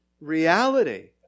reality